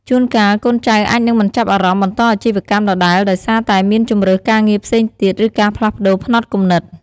ជួនកាល កូនចៅអាចនឹងមិនចាប់អារម្មណ៍បន្តអាជីវកម្មដដែលដោយសារតែមានជម្រើសការងារផ្សេងទៀត ឬការផ្លាស់ប្ដូរផ្នត់គំនិត។